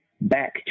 back